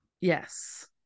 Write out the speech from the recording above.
Yes